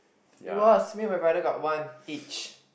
it was me and my brother got one each